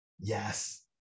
Yes